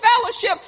fellowship